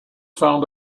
found